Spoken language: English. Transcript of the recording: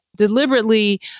deliberately